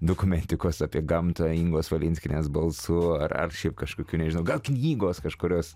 dokumentikos apie gamtą ingos valinskienės balsu ar ar šiaip kažkokių nežinau gal knygos kažkurios